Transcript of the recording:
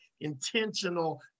intentional